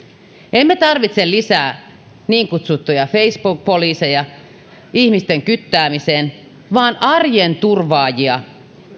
emme tarvitse lisää niin kutsuttuja facebook poliiseja ihmisten kyttäämiseen vaan arjen turvaajia